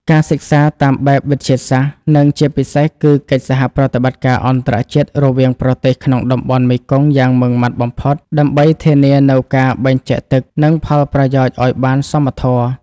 ការសិក្សាតាមបែបវិទ្យាសាស្ត្រ និងជាពិសេសគឺកិច្ចសហប្រតិបត្តិការអន្តរជាតិរវាងប្រទេសក្នុងតំបន់មេគង្គយ៉ាងម៉ឺងម៉ាត់បំផុត ដើម្បីធានានូវការបែងចែកទឹក និងផលប្រយោជន៍ឱ្យបានសមធម៌។